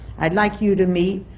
i'd like you to meet,